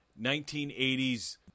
1980s